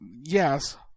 yes